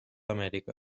amèrica